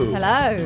Hello